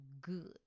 good